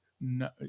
no